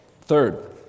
Third